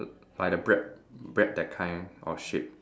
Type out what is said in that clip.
like the bread bread that kind of shape